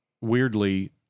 weirdly